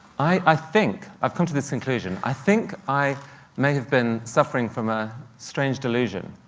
i i think i've come to this conclusion i think i may have been suffering from a strange delusion.